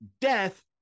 death